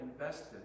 invested